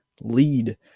lead